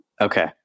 Okay